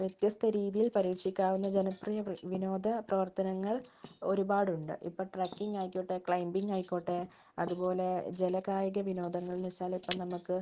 വ്യത്യസ്ത രീതിയിൽ പരീക്ഷിക്കാവുന്ന ജനപ്രിയ പ്ര വിനോദ പ്രവർത്തനങ്ങൾ ഒരുപാടുണ്ട് ഇപ്പോൾ ട്രക്കിങ് ആയിക്കോട്ടെ ക്ലൈമ്പിങ് ആയിക്കോട്ടെ അതുപോലെ ജലകായിക വിനോദങ്ങൾ എന്ന് വെച്ചാലിപ്പം നമുക്ക്